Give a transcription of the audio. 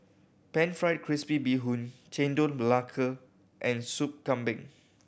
Pan Fried Crispy Bee Hoon Chendol Melaka and Soup Kambing